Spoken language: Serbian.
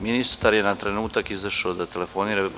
Ministar je na trenutak izašao da telefonira.